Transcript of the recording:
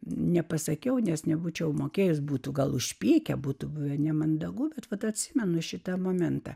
nepasakiau nes nebūčiau mokėjęs būtų gal užpykę būtų buvę nemandagu bet vat atsimenu šitą momentą